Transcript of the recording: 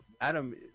Adam